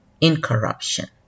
incorruption